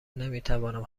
نمیتوانم